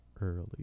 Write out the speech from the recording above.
early